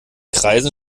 kreisen